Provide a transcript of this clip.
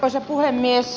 arvoisa puhemies